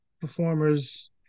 performers